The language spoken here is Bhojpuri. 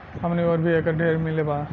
हमनी ओर भी एकर ढेरे मील बा